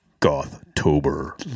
Goth-tober